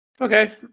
Okay